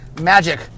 magic